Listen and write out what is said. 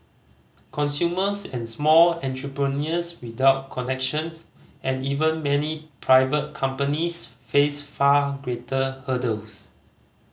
consumers and small entrepreneurs without connections and even many private companies face far greater hurdles